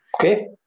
Okay